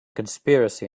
conspiracy